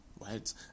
right